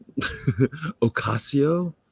Ocasio